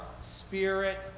spirit